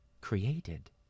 created